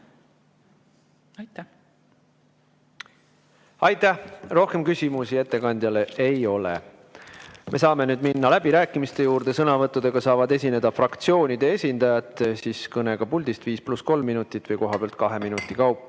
Palun! Aitäh! Rohkem küsimusi ettekandjale ei ole. Me saame nüüd minna läbirääkimiste juurde. Sõnavõtuga saavad esineda fraktsioonide esindajad, kõnega puldist 5 + 3 minutit või kohapealt kahe minuti kaupa.